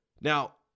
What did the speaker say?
Now